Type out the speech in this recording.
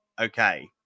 okay